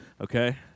Okay